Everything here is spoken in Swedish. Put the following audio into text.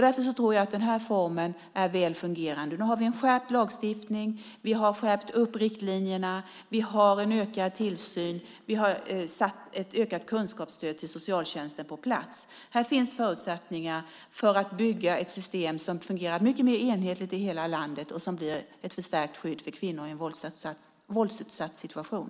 Därför tror jag att denna form är väl fungerande. Nu har vi skärpt lagstiftningen, och vi har skärpt riktlinjerna. Vi har en ökad tillsyn och har sett till att ökat kunskapsstöd finns på plats hos socialtjänsten. Här finns förutsättningar för att bygga ett system som fungerar mycket mer enhetligt i hela landet och som blir ett förstärkt skydd för kvinnor i en våldsutsatt situation.